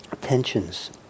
tensions